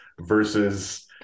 versus